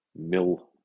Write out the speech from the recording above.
mil